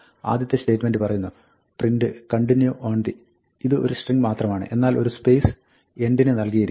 ആദ്യത്തെ സ്റ്റേറ്റ്മെന്റു് പറയുന്നു 'print"Continue on the"' ഇത് ഒരു സ്ട്രിങ്ങ് മാത്രമാണ് എന്നാൽ ഒരു സ്പേസ് end ന് നൽകിയിരിക്കുന്നു